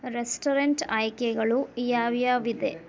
restaurant ಆಯ್ಕೆಗಳು ಯಾವ್ಯಾವ್ದಿದೆ